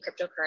cryptocurrency